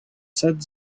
said